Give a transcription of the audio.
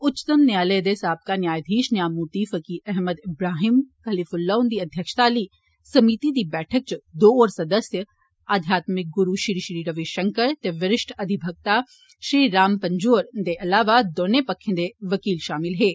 उच्चतम न्यायालय दे साबका न्यायधीष न्यामूर्ति फकीर अहमद इब्राहिम कलीफुल्ला हुन्दी अध्यक्षता आली समीति दी बैठक च दो होर सदस्य अध्यातमिक गुरु श्री श्री रवि षंकर ते वरिश्ठ अधिवक्ता श्री राम पंजू हुन्दे अलवाद दौने पक्खें दे वकील षामल हे